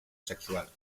sexual